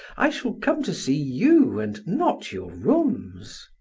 i shall come to see you and not your rooms.